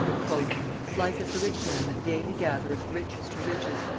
like as the rich man that daily gathereth riches to riches,